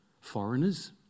foreigners